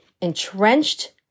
entrenched